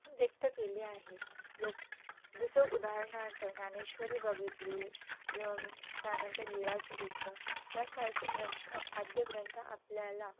व्यक्त केले आहे लोक जसं उदाहरणार्थ ज्ञानेश्वरी बघितली ल त्यानंतर लीळाचरित्र यासारखे ग्रंथ आद्य ग्रंथ आपल्याला